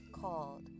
called